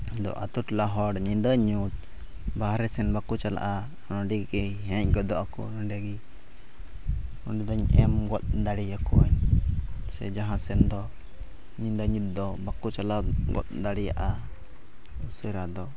ᱟᱫᱚ ᱟᱹᱛᱩ ᱴᱚᱞᱟ ᱦᱚᱲ ᱧᱤᱫᱟᱹ ᱧᱩᱛ ᱵᱟᱦᱨᱮ ᱥᱮᱫ ᱵᱟᱠᱚ ᱪᱟᱞᱟᱜᱼᱟ ᱱᱚᱰᱮ ᱜᱮ ᱦᱮᱡ ᱜᱚᱫᱚᱜ ᱟᱠᱚ ᱱᱚᱰᱮ ᱜᱮ ᱩᱱ ᱫᱚᱧ ᱮᱢ ᱜᱚᱫ ᱫᱟᱲᱮᱭᱟᱠᱚᱣᱟᱧ ᱥᱮ ᱡᱟᱦᱟᱸ ᱥᱮᱫ ᱫᱚ ᱧᱤᱫᱟᱹᱼᱧᱩᱛ ᱫᱚ ᱵᱟᱠᱚ ᱪᱟᱞᱟᱣ ᱜᱚᱫ ᱫᱟᱲᱮᱭᱟᱜᱼᱟ ᱩᱥᱟᱹᱨᱟ ᱫᱚ